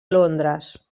londres